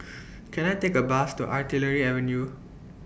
Can I Take A Bus to Artillery Avenue